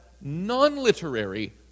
non-literary